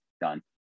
done